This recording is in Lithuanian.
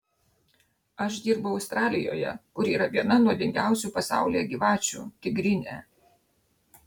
aš dirbau australijoje kur yra viena nuodingiausių pasaulyje gyvačių tigrinė